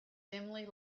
dimly